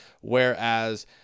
Whereas